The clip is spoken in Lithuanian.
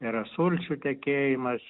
yra sulčių tekėjimas